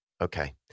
Okay